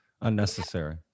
unnecessary